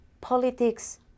politics